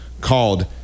called